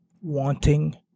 wanting